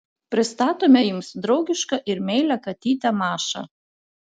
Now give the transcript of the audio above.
pristatome jums draugišką ir meilią katytę mašą